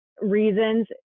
reasons